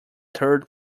third